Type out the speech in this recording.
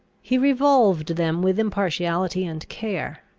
he revolved them with impartiality and care.